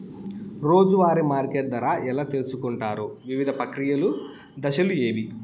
రోజూ వారి మార్కెట్ ధర ఎలా తెలుసుకొంటారు వివిధ ప్రక్రియలు దశలు ఏవి?